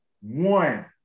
One